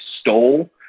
stole